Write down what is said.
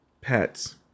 pets